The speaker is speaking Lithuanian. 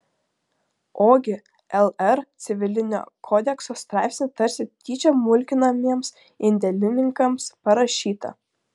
ogi lr civilinio kodekso straipsnį tarsi tyčia mulkinamiems indėlininkams parašytą